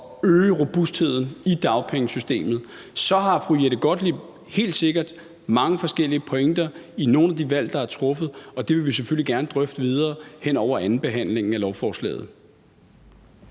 og øge robustheden i dagpengesystemet. Så har fru Jette Gottlieb helt sikkert mange forskellige pointer i forhold til nogle af de valg, der er truffet, og det vil vi selvfølgelig gerne drøfte videre hen over andenbehandlingen af lovforslaget.